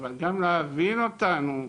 אבל גם להבין אותנו.